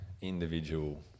individual